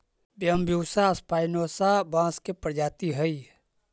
Bambusa स्पायनोसा बाँस के प्रजाति हइ